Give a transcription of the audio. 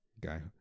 guy